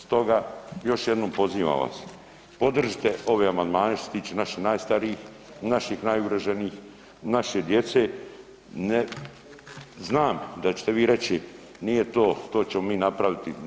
Stoga još jednom pozivam vas, podržite ove amandmane što se tiče naših najstarijih, naših najugroženijih, naše djece, ne, znam da ćete vi reći nije to, to ćemo mi napraviti.